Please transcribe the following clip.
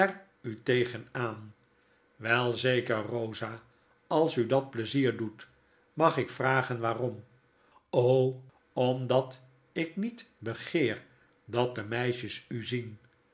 u tegen aan welzeker rosa als u dat pleizier doet mag ik vragen waarom omdat ik niet begeer dat de meisjes u zien